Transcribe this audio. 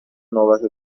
نوبت